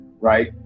right